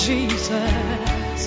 Jesus